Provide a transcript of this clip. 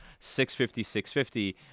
650-650